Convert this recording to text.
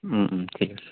ঠিক আছে